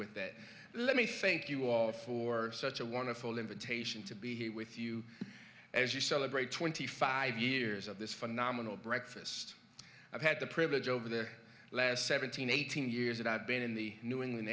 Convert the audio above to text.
with it let me think you all for such a wonderful invitation to be here with you as you celebrate twenty five years of this phenomenal breakfast i've had the privilege over the last seventeen eighteen years that i've been in the new england